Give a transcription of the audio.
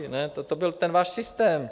Ne, toto byl ten váš systém.